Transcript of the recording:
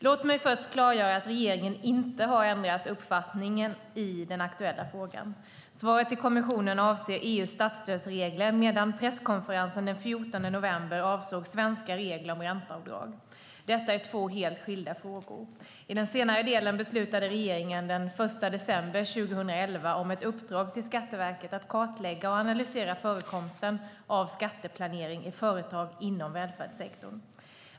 Låt mig först klargöra att regeringen inte har ändrat uppfattning i den aktuella frågan. Svaret till kommissionen avser EU:s statsstödsregler medan presskonferensen den 14 november avsåg svenska regler om ränteavdrag. Detta är två helt skilda frågor. I den senare delen beslutade regeringen den 1 december 2011 om ett uppdrag till Skatteverket att kartlägga och analysera förekomsten av skatteplanering i företag inom välfärdssektorn.